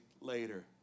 later